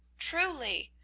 truly,